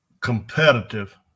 competitive